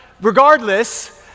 regardless